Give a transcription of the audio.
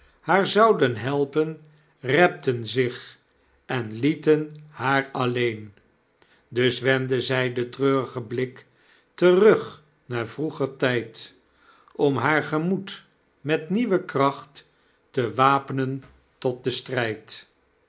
haar zouden helpen repten zich en lieten haar alleen dus wendde zy den treurgen blik terug naar vroeger tyd om haar gemoed met nieuwe kracht te waapnen tot den stryd